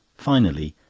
finally,